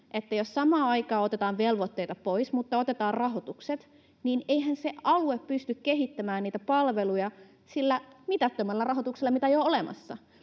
että jos samaan aikaan otetaan velvoitteita pois ja otetaan rahoitukset, niin eihän se alue pysty kehittämään niitä palveluja sillä mitättömällä rahoituksella, mitä ei ole olemassa.